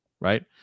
right